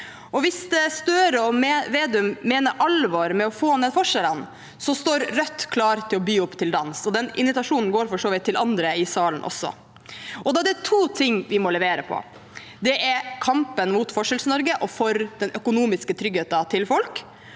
Hvis Støre og Vedum mener alvor med å få ned forskjellene, står Rødt klar til å by opp til dans – og den invitasjonen går for så vidt også til andre i salen. Da er det to ting vi må levere på: Det ene er kampen mot Forskjells-Norge og for den økonomiske tryggheten til folk,